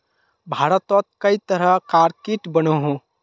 भारतोत कई तरह कार कीट बनोह